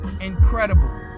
Incredible